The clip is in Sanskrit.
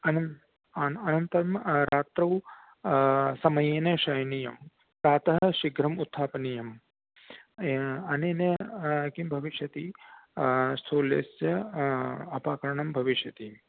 अनन्तरं रात्रौ समयेन शयनीयं प्रातः शीघ्रम् उत्थापनीयम् अनेन किं भविष्यति स्थूलस्य अपाकरणं भविष्यति